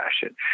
fashion